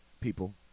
people